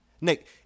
Nick